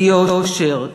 של יושר,